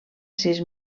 sis